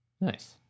Nice